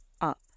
Up